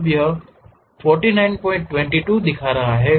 अब यह 4922 है